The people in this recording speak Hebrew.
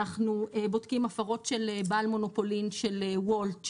אנחנו בודקים הפרות של בעל מונופולין של וולט,